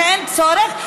שאין צורך,